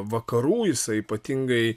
vakarų jisai ypatingai